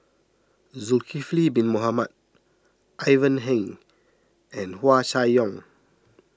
Zulkifli Bin Mohamed Ivan Heng and Hua Chai Yong